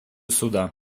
суда